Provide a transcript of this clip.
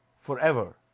forever